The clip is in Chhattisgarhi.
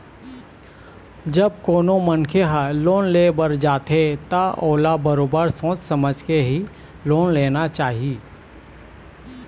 जब कोनो मनखे ह लोन ले बर जाथे त ओला बरोबर सोच समझ के ही लोन लेना चाही